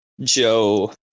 Joe